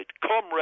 comrade